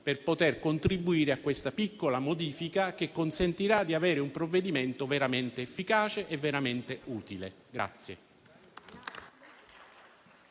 firma per contribuire a questa piccola modifica, che consentirà di avere un provvedimento veramente efficace ed utile.